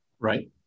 Right